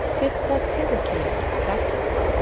tis that hezekiah practised,